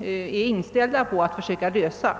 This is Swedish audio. är inställda på att försöka lösa.